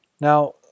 Now